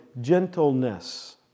gentleness